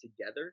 together